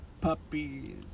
Puppies